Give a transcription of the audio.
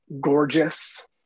gorgeous